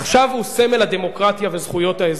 עכשיו הוא סמל הדמוקרטיה וזכויות האזרח.